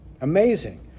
Amazing